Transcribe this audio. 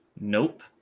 Nope